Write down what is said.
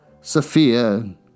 Sophia